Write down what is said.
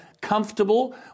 comfortable